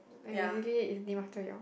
like basically it's named after your